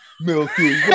Milky